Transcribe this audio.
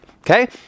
Okay